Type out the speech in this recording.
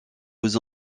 aux